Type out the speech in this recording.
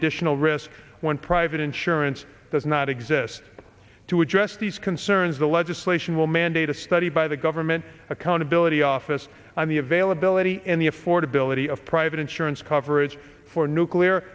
additional risk when private insurance does not exist to address these concerns the legislation will mandate a study by the government accountability office on the availability and the affordability of private insurance coverage for nuclear